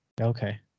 okay